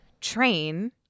train